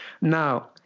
Now